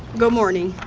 good morning.